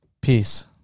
Peace